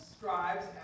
scribes